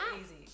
easy